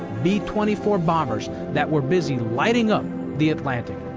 b twenty four bombers that were busy lighting up the atlantic.